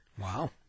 Wow